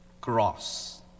cross